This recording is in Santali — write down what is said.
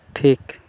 ᱴᱷᱤᱠ